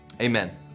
Amen